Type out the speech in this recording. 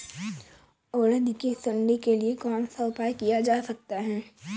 उड़द की सुंडी के लिए कौन सा उपाय किया जा सकता है?